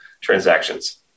transactions